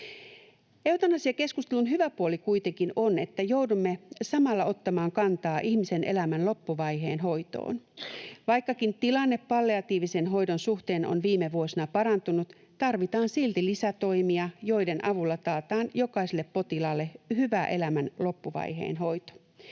Eutanasiakeskustelun hyvä puoli kuitenkin on, että joudumme samalla ottamaan kantaa ihmisen elämän loppuvaiheen hoitoon. Vaikkakin tilanne palliatiivisen hoidon suhteen on viime vuosina parantunut, tarvitaan silti lisätoimia, joiden avulla taataan jokaiselle potilaalle hyvä elämän loppuvaiheen hoito.